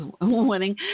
winning